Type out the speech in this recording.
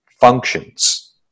functions